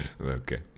Okay